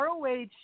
ROH